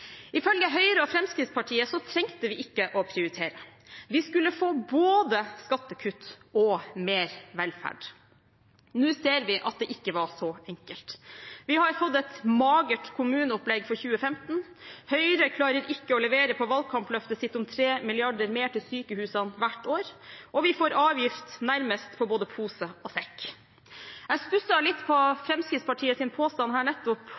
Ifølge Høyre og Fremskrittspartiet trengte vi ikke å prioritere: Vi skulle få både skattekutt og mer velferd. Nå ser vi at det ikke var så enkelt. Vi har fått et magert kommuneopplegg for 2015. Høyre klarer ikke å levere på valgkampløftet sitt om 3 mrd. kr mer til sykehusene hvert år, og vi får avgift nærmest på både pose og sekk. Jeg stusset litt over Fremskrittspartiets påstand her nettopp